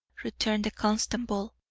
returned the constable,